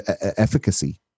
efficacy